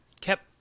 kept